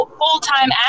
full-time